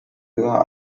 höher